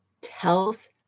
tells